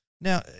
Now